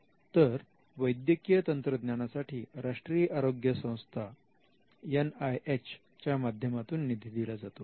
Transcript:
तर वैद्यकीय तंत्रज्ञानासाठी राष्ट्रीय आरोग्य संस्था एन आय एच च्या माध्यमातून निधी दिला जातो